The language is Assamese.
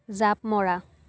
জাঁপ মৰা